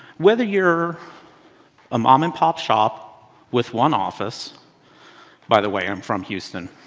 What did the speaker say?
whether you're a mom and pop shop with one office by the way, i'm from houston.